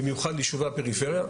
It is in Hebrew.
במיוחד ליישובי הפריפריה.